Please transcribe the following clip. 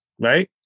right